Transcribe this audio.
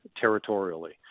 territorially